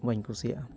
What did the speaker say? ᱵᱟᱹᱧ ᱠᱩᱥᱤᱭᱟᱜᱼᱟ